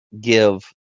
give